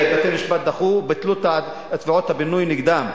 בתי-המשפט ביטלו את תביעות הפינוי נגדם.